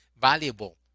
valuable